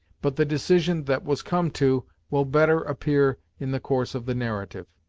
but the decision that was come to will better appear in the course of the narrative.